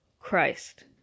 Christ